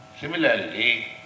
Similarly